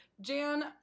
Jan